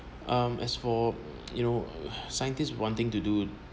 um as for you know scientists wanting to do